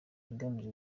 igamije